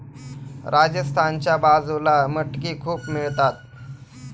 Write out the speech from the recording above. राजस्थानच्या बाजूला मटकी खूप मिळतात